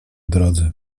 drodze